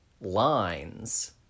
lines